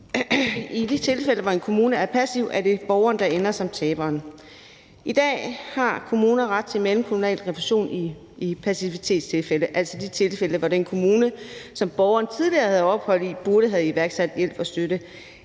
I de tilfælde, hvor en kommune er passiv, er det borgeren, der ender som taberen. I dag har kommuner ret til mellemkommunal refusion i passivitetstilfælde, altså i de tilfælde, hvor den kommune, som borgeren tidligere havde ophold i, burde have iværksat hjælp og støtte,